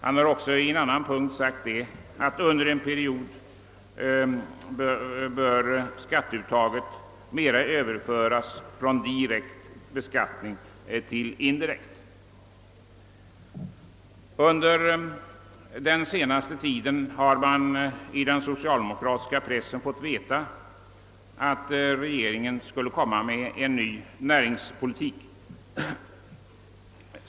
Han har också sagt att under en viss period bör skatteuttaget mera överföras från direkt beskattning till indirekt. Under den senaste tiden har man i den socialdemokratiska pressen fått ve ta att regeringen skulle införa en ny näringspolitik.